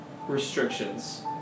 restrictions